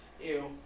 Ew